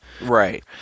Right